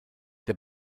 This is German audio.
der